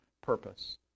purpose